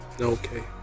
Okay